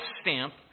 stamp